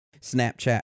Snapchat